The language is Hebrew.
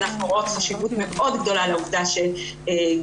אנחנו רואות חשיבות מאוד גדולה לעובדה שגבר,